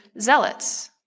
zealots